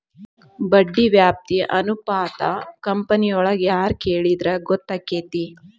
ಬಡ್ಡಿ ವ್ಯಾಪ್ತಿ ಅನುಪಾತಾ ಕಂಪನಿಯೊಳಗ್ ಯಾರ್ ಕೆಳಿದ್ರ ಗೊತ್ತಕ್ಕೆತಿ?